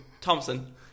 Thompson